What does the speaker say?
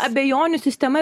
abejonių sistema